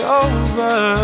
over